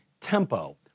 tempo